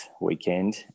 weekend